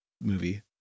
movie